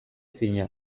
fina